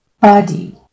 body